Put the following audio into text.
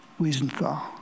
Wiesenthal